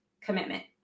commitment